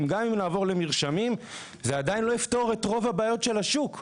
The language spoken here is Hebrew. גם אם נעבור למרשמים זה עדיין לא יפתור את רוב הבעיות של השוק.